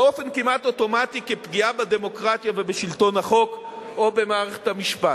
באופן כמעט אוטומטי כפגיעה בדמוקרטיה ובשלטון החוק או במערכת המשפט.